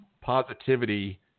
positivity